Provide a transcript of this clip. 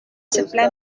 supply